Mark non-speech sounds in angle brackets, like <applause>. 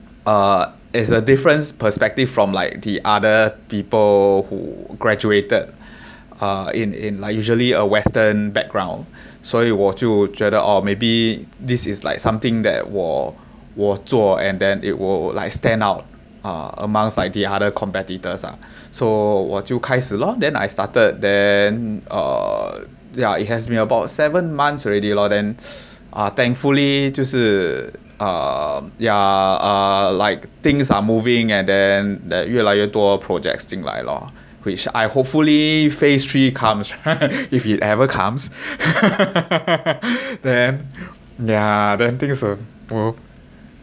uh is a different perspective from like the other people who graduated uh in in like usually a western background 所以我就觉得 or maybe this is like something that 我我做 and then it will like stand out uh amongst like the other competitors ah so 我就开始 lor then I started then err yeah it has been about seven months already lor then uh thankfully 就是 err ya err like things are moving and then that like 越来越多 projects 进来 lor which I hopefully phase three comes right <laughs> if you've ever comes <laughs> then ya then things will